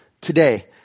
today